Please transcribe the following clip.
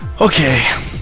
Okay